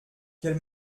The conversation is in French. quel